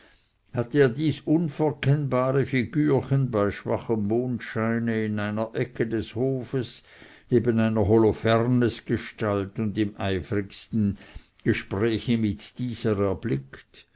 hatte er dies unverkennbare figürchen bei schwachem mondscheine in einer ecke des hofes neben einer holofernesgestalt und im eifrigsten gespräche mit dieser erblickt